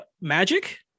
Magic